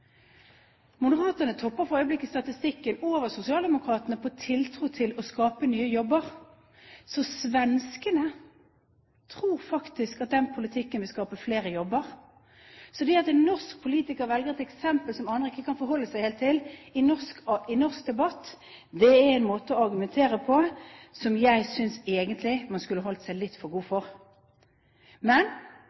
for øyeblikket statistikken – over Sosialdemokraterna – når det gjelder tiltro til å skape nye jobber. Så svenskene tror faktisk at den politikken vil skape flere jobber. Når en norsk politiker velger et eksempel som andre ikke kan forholde seg helt til, i norsk debatt, er det en måte å argumentere på som jeg synes man egentlig skulle holdt seg litt for god for. Men